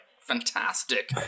fantastic